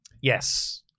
Yes